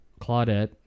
Claudette